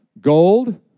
Gold